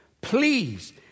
please